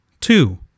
Two